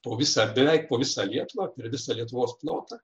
po visą beveik po visą lietuvą per visą lietuvos plotą